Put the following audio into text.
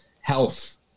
health